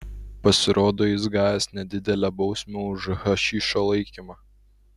pasirodo jis gavęs nedidelę bausmę už hašišo laikymą